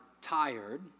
tired